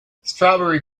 strawberry